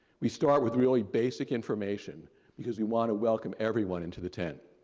we start with really basic information because we want to welcome everyone into the tent.